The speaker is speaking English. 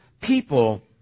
people